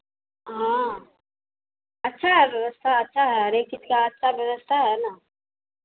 हाँ अच्छा है व्यवस्था अच्छा है हरेक चीज का अच्छा व्यवस्था है ना